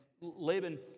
Laban